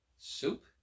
soup